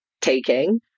taking